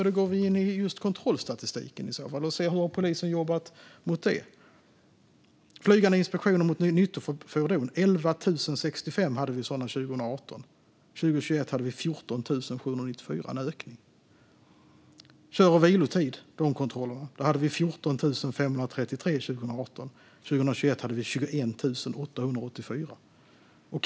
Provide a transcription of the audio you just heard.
Då går vi in i kontrollstatistiken och ser på hur polisen har jobbat när det gäller detta. Antalet flygande inspektioner mot nyttofordon var 11 065 under 2018. År 2021 hade vi 14 794, alltså en ökning. Antalet kontroller av kör och vilotider var 14 533 under 2018. År 2021 hade vi 21 884 kontroller.